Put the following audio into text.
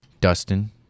Dustin